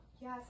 yes